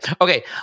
Okay